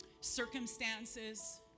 Circumstances